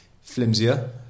flimsier